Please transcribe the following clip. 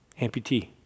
Amputee